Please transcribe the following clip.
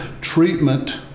treatment